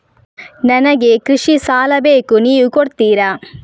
ನನಗೆ ಕೃಷಿ ಸಾಲ ಬೇಕು ನೀವು ಕೊಡ್ತೀರಾ?